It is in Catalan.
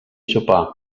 sopar